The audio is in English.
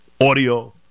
audio